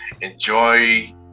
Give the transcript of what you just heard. enjoy